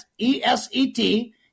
E-S-E-T